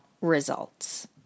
results